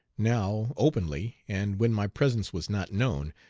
now openly, and when my presence was not known,